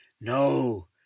No